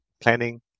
planning